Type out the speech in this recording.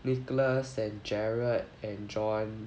nicholas and gerald and john